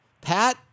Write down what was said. Pat